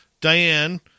Diane